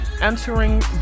entering